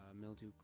mildew